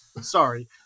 sorry